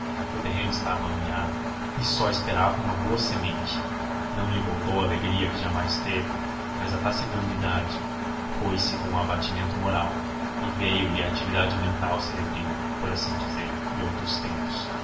o terreno estava amanhado e só esperava uma boa semente não lhe voltou a alegria que jamais teve mas a taciturnidade foi-se com o abatimento moral e veio-lhe a atividade mental cerebrina por assim dizer de outros tempos